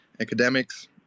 academics